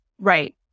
Right